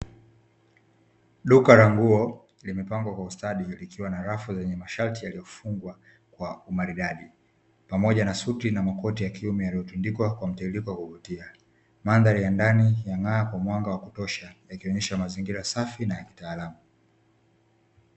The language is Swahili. Duka la nguo limepangwa kwa ustadi likiwa na rafu lenye mashati yaliyofungwa kwa umaridadi, pamoja na suti na makoti ya kiume yaliyotundikwa kwa mtiririko wa kuvutia, mandhari ya ndani ya ngaa kwa mwanga wa kutosha ikionyesha mazingira safi na kiutaalam.